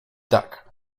tak